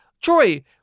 Troy